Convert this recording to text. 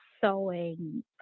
sewing